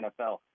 nfl